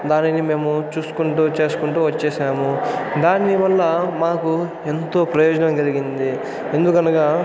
దానిని మేము చూసుకుంటు చేసుకుంటు వచ్చేశాము దాన్నివల్ల మాకు ఎంతో ప్రయోజనం కలిగింది ఎందుకనగా